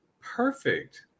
perfect